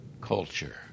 culture